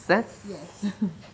yes